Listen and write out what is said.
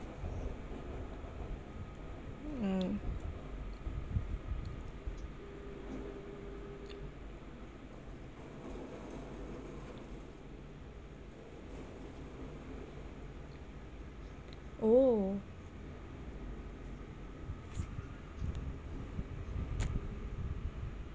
mm oh